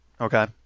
Okay